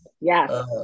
Yes